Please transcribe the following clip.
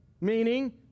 meaning